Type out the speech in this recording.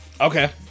Okay